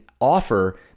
offer